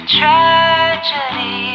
tragedy